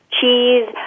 cheese